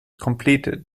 completed